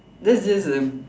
that's just a